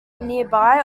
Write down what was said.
nearby